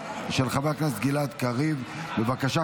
2024,